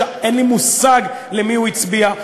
אין לי מושג למי הוא הצביע.